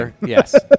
Yes